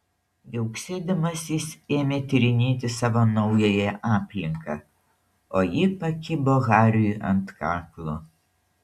viauksėdamas jis ėmė tyrinėti savo naująją aplinką o ji pakibo hariui ant kaklo